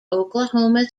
oklahoma